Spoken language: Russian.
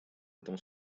этом